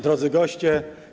Drodzy Goście!